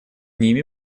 ними